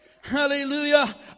Hallelujah